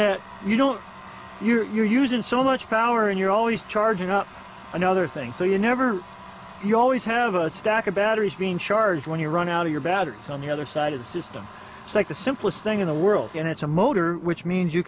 it you don't you're using so much power and you're always charging up another thing so you never you always have a stack of batteries being charged when you run out of your battery on the other side of the system like the simplest thing in the world and it's a motor which means you